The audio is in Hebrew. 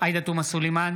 עאידה תומא סלימאן,